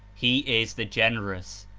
he is the generous,